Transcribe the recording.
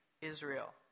Israel